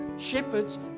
shepherds